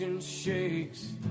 shakes